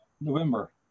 November